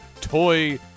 toy